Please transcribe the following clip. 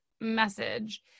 message